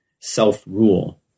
self-rule